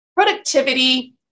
Productivity